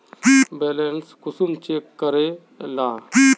Balance कुंसम check करे लाल?